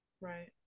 Right